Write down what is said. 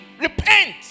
Repent